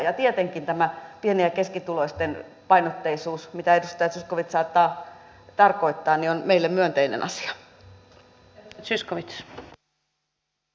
ja tietenkin tämä pieni ja keskituloisten painotteisuus mitä edustaja zyskowicz saattaa tarkoittaa on meille myönteinen asia